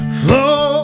flow